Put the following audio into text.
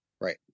Right